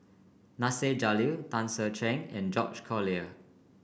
Nasir Jalil Tan Ser Cher and George Collyer